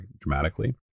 dramatically